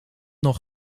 nog